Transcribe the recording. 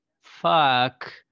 fuck